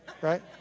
Right